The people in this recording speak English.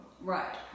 Right